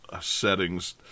settings